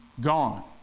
Gone